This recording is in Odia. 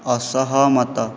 ଅସହମତ